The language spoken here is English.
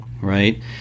right